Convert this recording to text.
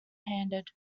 handed